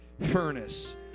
furnace